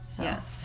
Yes